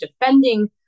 defending